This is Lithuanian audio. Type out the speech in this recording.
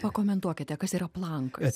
pakomentuokite kas yra plankas